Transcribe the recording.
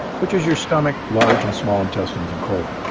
which is your stomach, large and small intestines, and colon.